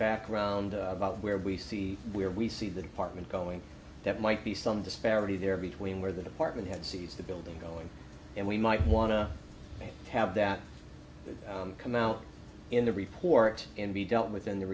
background about where we see where we see the department going that might be some disparity there between where the department head sees the building going and we might want to have that come out in the report and be dealt with in the